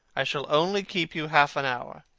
i shall only keep you half an hour.